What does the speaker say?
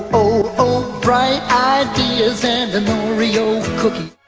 oh bright ideas and an oreo cookie.